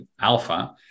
alpha